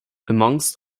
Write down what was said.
amongst